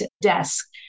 desk